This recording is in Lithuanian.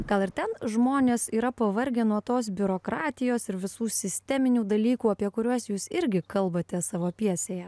gal ir ten žmonės yra pavargę nuo tos biurokratijos ir visų sisteminių dalykų apie kuriuos jūs irgi kalbate savo pjesėje